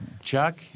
Chuck